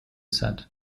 said